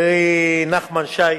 חברי נחמן שי,